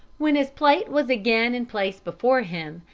when his plate was again in place before him,